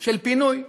של פינוי.